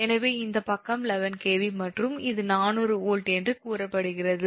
எனவே இந்த பக்கம் 11 𝑘𝑉 மற்றும் இது 400 வோல்ட் என்று கூறப்படுகிறது